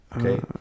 Okay